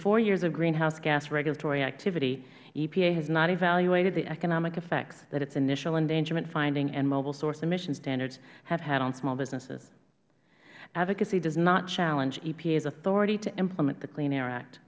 four years of greenhouse gas regulatory activity epa has not evaluated the economic effects that its initial endangerment finding and mobile source emission standards have had on small businesses advocacy does not challenge epa's authority to implement the clean air act